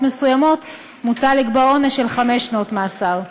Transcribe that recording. מסוימות מוצע לקבוע עונש של חמש שנות מאסר.